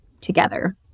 together